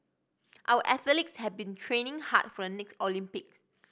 our athletes have been training hard for next Olympics